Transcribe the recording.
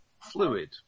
fluid